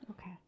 okay